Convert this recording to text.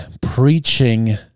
preaching